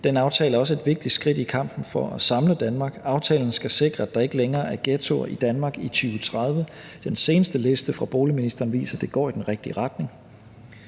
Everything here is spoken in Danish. Den aftale er også et vigtigt skridt i kampen for at samle Danmark. Aftalen skal sikre, at der ikke længere er ghettoer i Danmark i 2030. Den seneste liste fra boligministeren viser, at det går i den rigtige retning